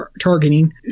targeting